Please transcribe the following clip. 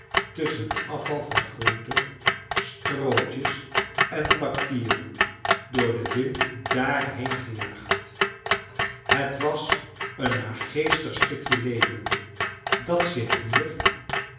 tusschen afval van groenten strootjes en papieren door den wind daarheen gejaagd het was een naargeestig stukje leven dat zich hier